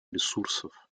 ресурсов